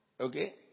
Okay